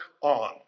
on